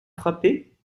frappé